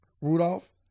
Rudolph